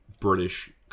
British